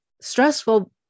stressful